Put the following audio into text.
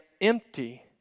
empty